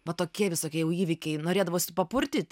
va tokie visokie jau įvykiai norėdavosi papurtyt